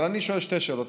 אבל אני שואל שתי שאלות: